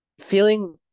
feeling